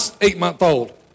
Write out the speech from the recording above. eight-month-old